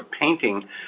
painting